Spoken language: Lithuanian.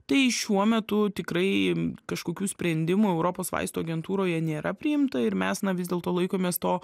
tai šiuo metu tikrai kažkokių sprendimų europos vaistų agentūroje nėra priimta ir mes na vis dėlto laikomės to